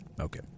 Okay